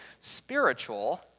spiritual